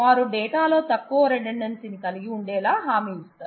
వారు డేటాలో తక్కువ రిడండాన్సీ ని కలిగి ఉండేలా హామీ ఇస్తారు